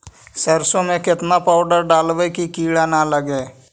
सरसों में केतना पाउडर डालबइ कि किड़ा न लगे?